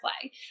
play